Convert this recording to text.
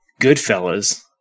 Goodfellas